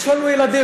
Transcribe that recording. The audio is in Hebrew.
יש לנו ילדים,